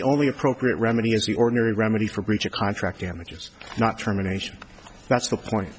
the only appropriate remedy is the ordinary remedy for breach of contract damages not terminations that's the point